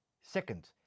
Second